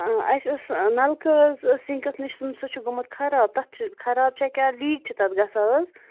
اَسہِ اوس نَلکہٕ حظ سِنٛکَس نِش سُہ چھُ گوٚمُت خَراب تتھ چھ خَراب چھا کیٛاہ لیٖک چھُ تتھ گَژھان حظ